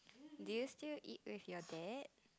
do you still eat with your dad